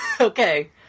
Okay